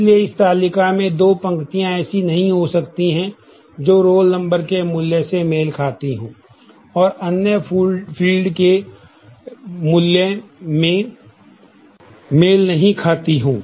इसलिए इस तालिका में दो पंक्तियाँ ऐसी नहीं हो सकती हैं जो रोल नंबर के मूल्य से मेल खाती हो और अन्य फील्ड के मूल्यों में मेल नहीं खाती हो